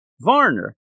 Varner